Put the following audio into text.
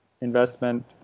investment